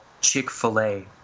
Chick-fil-A